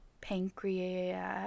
pancreas